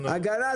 פרט 5, הגנת